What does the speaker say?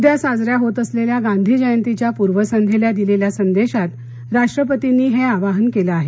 उद्या साजऱ्या होत असलेल्या गांधी जयंतीच्या पूर्वसंध्येला दिलेल्या संदेशात राष्ट्रपतींनी हे आवाहन केलं आहे